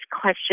question